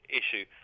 issue